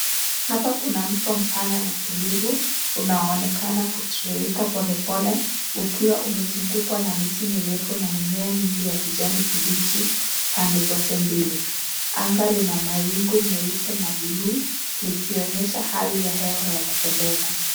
Hapa kuna mto mpana na tulivu, unao onekana kutiririka polepole ukiwa umezungukwa na miti mirefu na mimea mingi ya kijani kibichi, pande zote mbili. Anga lina mawingu meupe na bluu, likionyesha hali ya hewa ya kupendeza.